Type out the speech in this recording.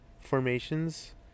formations